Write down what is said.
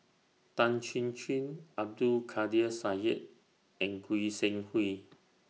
Tan Chin Chin Abdul Kadir Syed and Goi Seng Hui